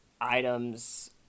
items